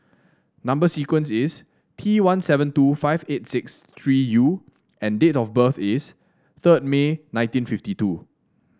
number sequence is T one seven two five eight six three U and date of birth is third May nineteen fifty two